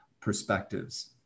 perspectives